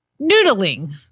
noodling